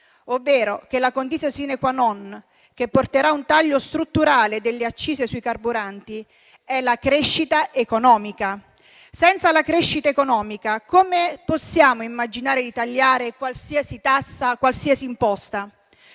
ovvero che la *condicio sine qua non* che porterà a un taglio strutturale delle accise sui carburanti è la crescita economica. Senza la crescita economica come possiamo immaginare di tagliare qualsiasi tassa o imposta?